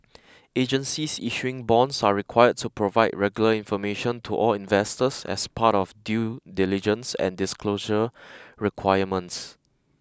agencies issuing bonds are required to provide regular information to all investors as part of due diligence and disclosure requirements